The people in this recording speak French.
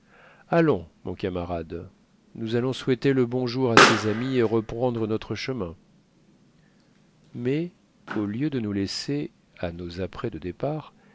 allons mon camarade nous allons souhaiter le bonjour à ces amis et reprendre notre chemin mais au lieu de nous laisser à nos apprêts de départ